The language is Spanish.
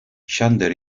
xander